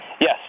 Yes